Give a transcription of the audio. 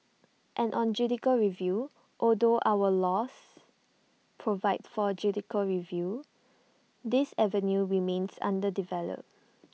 and on judicial review although our laws provide for judicial review this avenue remains underdeveloped